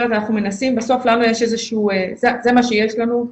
בסוף זה מה שיש לנו,